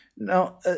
Now